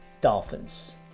dolphins